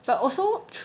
but also